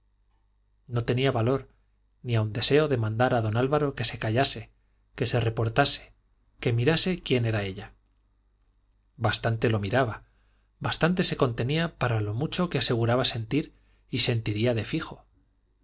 no tenía valor ni aun deseo de mandar a don álvaro que se callase que se reportase que mirase quién era ella bastante lo miraba bastante se contenía para lo mucho que aseguraba sentir y sentiría de fijo